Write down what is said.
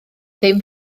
ddim